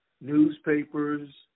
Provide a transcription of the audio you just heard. newspapers